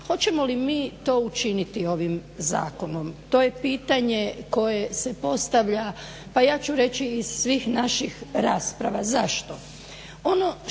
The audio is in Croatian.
Hoćemo li mi to učiniti ovim zakonom. To je pitanje koje se postavlja pa ja ću reći iz svih naših rasprava. Zašto?